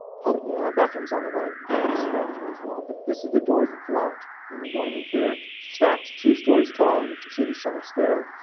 public bathrooms on the right. gangs of bathrooms and all, but this is the doors. it's locked and you're going in here. stacked two stories tall. you can see the center stair.